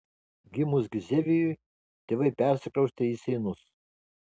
gimus gizevijui tėvai persikraustė į seinus